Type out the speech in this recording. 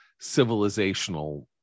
civilizational